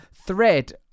thread